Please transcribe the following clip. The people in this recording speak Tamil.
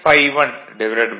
எம்